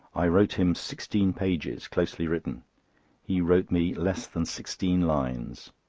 i wrote him sixteen pages, closely written he wrote me less than sixteen lines.